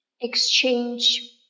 exchange